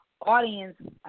audience